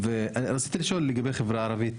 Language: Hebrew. ורציתי לשאול לגבי החברה הערבית,